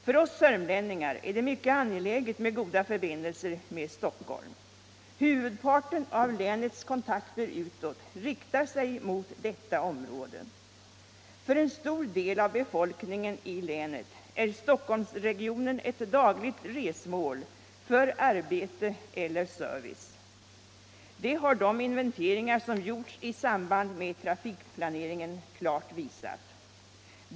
För oss sörmlänningar är det angeläget att ha goda förbindelser med Stockholm. Huvudparten av länets kontakter utåt riktar sig till detta område. En stor del av befolkningen i länet har Stockholmsregionen som dagligt resmål för arbete eller service, det har de inventeringar som gjorts i samband med trafikplaneringen klart visat.